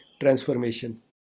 transformation